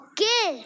Okay